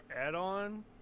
add-on